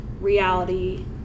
reality